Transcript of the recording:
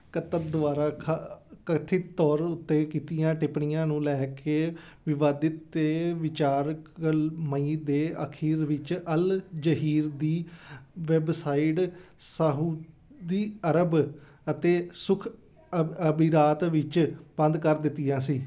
ਕਤਵ ਦੁਆਰਾ ਖਾ ਕਥਿਤ ਤੌਰ ਉੱਤੇ ਕੀਤੀਆਂ ਟਿੱਪਣੀਆਂ ਨੂੰ ਲੈ ਕੇ ਵਿਵਾਦਿਤ ਅਤੇ ਵਿਚਾਰ ਕਲ ਮਈ ਦੇ ਅਖੀਰ ਵਿੱਚ ਅਲ ਜ਼ਹੀਰ ਦੀ ਵੈੱਬਸਾਈਟ ਸਾਊਦੀ ਅਰਬ ਅਤੇ ਸੁਖ ਅਬ ਅਬੀਰਾਤ ਵਿੱਚ ਬੰਦ ਕਰ ਦਿੱਤੀਆਂ ਸੀ